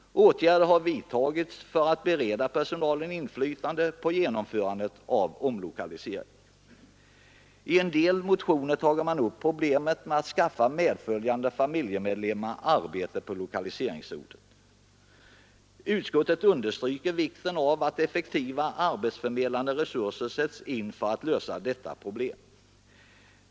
Åtgärder har vidtagits för att bereda personalen inflytande på genomförandet av omlokaliseringen. I en del motioner tar man upp problemet med att skaffa medföljande familjemedlemmar arbete på lokaliseringsorterna. Utskottet understryker vikten av att effektiva arbetsförmedlande resurser sätts in för att lösa detta problem.